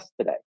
today